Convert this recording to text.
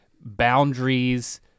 boundaries